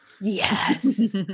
Yes